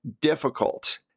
difficult